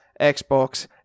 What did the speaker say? Xbox